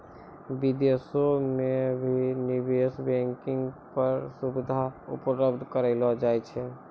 विदेशो म भी निवेश बैंकिंग र सुविधा उपलब्ध करयलो जाय छै